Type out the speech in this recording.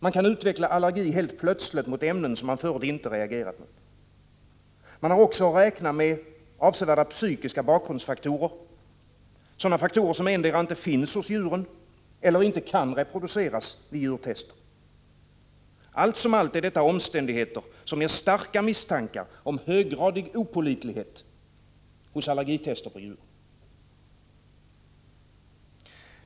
Man kan utveckla allergi helt plötsligt mot ämnen som man förut inte har reagerat mot. Man har också att räkna med avsevärda psykiska bakgrundsfaktorer, som endera inte finns hos djur eller inte kan reproduceras vid djurtester. Allt som allt är detta omständigheter som ger starka misstankar om höggradig opålitlighet hos allergitester på djur.